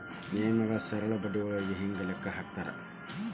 EMI ನ ಸರಳ ಬಡ್ಡಿಯೊಳಗ ಹೆಂಗ ಲೆಕ್ಕ ಹಾಕತಾರಾ